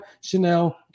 Chanel